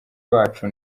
bacu